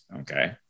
Okay